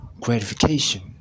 gratification